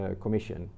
Commission